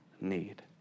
need